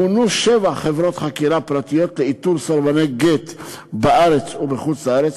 מונו שבע חברות חקירה פרטיות לאיתור סרבני גט בארץ ובחוץ-לארץ.